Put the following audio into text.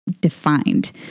defined